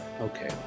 Okay